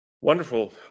Wonderful